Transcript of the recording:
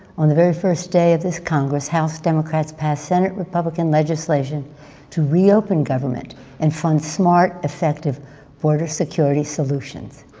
on the very first day of this congress, house democrats passed senate republican legislation to reopen government and fund smart, effective border security solutions.